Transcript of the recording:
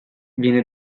viene